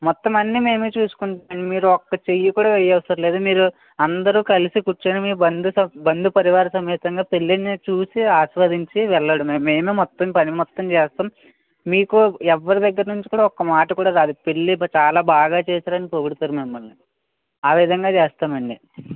మొత్తం అన్నీ మేమే చూస్కుంటాం మీరొక్క చెయ్యి కూడా వెయ్యనవసరం లేదు మీరు అందరు కలిసి కూర్చుని మీ బంధు బంధుపరివార సమేతంగా పెళ్ళిని చూసి ఆస్వాదించి వెళ్ళడమే మేమే మొత్తం పని మొత్తం చేస్తాం మీకు ఎవ్వరి దగ్గర నుంచి కూడా ఒక్క మాట కూడా రాదు పెళ్ళి చాలా బాగా చేసారని పొగుడుతారు మిమ్మల్ని ఆ విధంగా చేస్తామండి